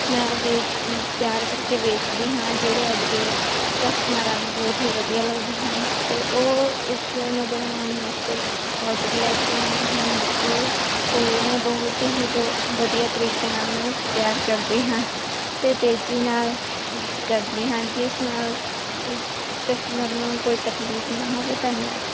ਮੈਂ ਵੇਖ ਤਿਆਰ ਕਰਕੇ ਵੇਚਦੀ ਹਾਂ ਜਿਹੜੇ ਅੱਗੇ ਕਸਟਮਰਾਂ ਨੂੰ ਬਹੁਤ ਹੀ ਵਧੀਆ ਲੱਗਦੇ ਹਨ ਅਤੇ ਉਹ ਇਸ ਨੂੰ ਬਣਵਾਉਣ ਵਾਸਤੇ ਔਡਰ ਲੈ ਕੇ ਆਉਂਦੇ ਹਨ ਮੇਰੇ ਕੋਲ ਅਤੇ ਮੈਂ ਬਹੁਤ ਹੀ ਵਧੀਆ ਤਰੀਕੇ ਨਾਲ ਇਹਨਾ ਨੂੰ ਤਿਆਰ ਕਰਦੀ ਹਾਂ ਅਤੇ ਤੇਜ਼ੀ ਨਾਲ ਕਰਦੀ ਹਾਂ ਜਿਸ ਨਾਲ ਕਸਟਮਰ ਨੂੰ ਕੋਈ ਤਕਲੀਫ ਨਾ ਹੋਵੇ ਧੰਨਵਾਦ